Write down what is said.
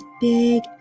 big